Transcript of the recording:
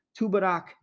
Tubarak